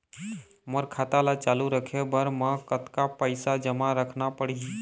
मोर खाता ला चालू रखे बर म कतका पैसा जमा रखना पड़ही?